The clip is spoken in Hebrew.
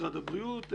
משרד הבריאות,